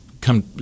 come